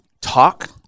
talk